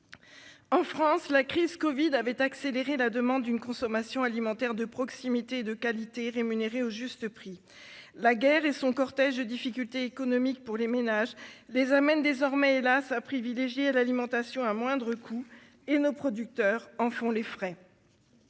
En France, la crise de la covid avait accéléré la demande d'une consommation alimentaire de proximité et de qualité, rémunérée au juste prix. La guerre et son cortège de difficultés économiques amènent désormais les ménages, hélas, à privilégier une alimentation à moindre coût. Nos producteurs en font les frais.